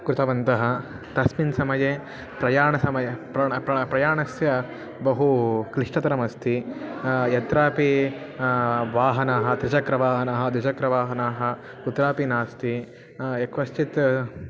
कृतवन्तः तस्मिन् समये प्रयाणसमये प्राणः प्राणः प्रयाणस्य बहु क्लिष्टतरमस्ति यत्रापि वाहनानि त्रिचक्रवाहनानि द्विचक्रवाहनानि कुत्रापि नास्ति यः कश्चित्